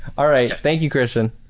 all right, thank you kristian.